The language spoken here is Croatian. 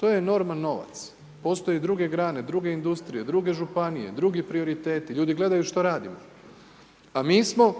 To je enorman novac. Postoje druge grane, druge industrije, drugo županije, drugi prioriteti, ljudi gledaju što radimo. A mi smo